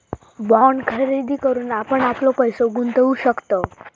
bond खरेदी करून आपण आपलो पैसो गुंतवु शकतव